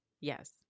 yes